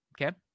Okay